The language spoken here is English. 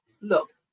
Look